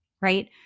right